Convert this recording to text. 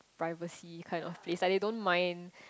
privacy kind of a place like they don't mind